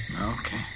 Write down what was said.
Okay